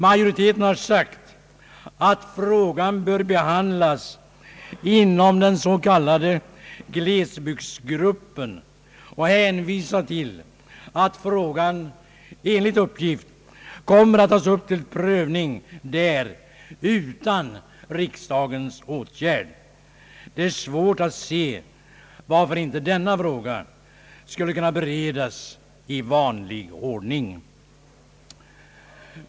Majoriteten har sagt att frågan bör behandlas inom den s.k. glesbygdsgruppen och hänvisar till att frågan enligt uppgift kommer att där tas upp till prövning utan riksdagens åtgärd. Det är svårt att se varför inte denna fråga skulle kunna beredas i vanlig ordning.